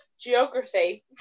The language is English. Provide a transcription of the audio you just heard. Geography